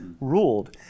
ruled